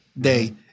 day